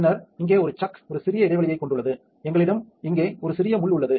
பின்னர் இங்கே ஒரு சக் ஒரு சிறிய இடைவெளியைக் கொண்டுள்ளது எங்களிடம் இங்கே ஒரு சிறிய முள் உள்ளது